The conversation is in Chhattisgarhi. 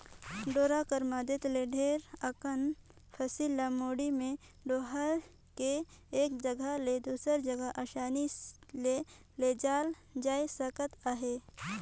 डोरा कर मदेत ले ढेरे अकन फसिल ल मुड़ी मे डोएह के एक जगहा ले दूसर जगहा असानी ले लेइजल जाए सकत अहे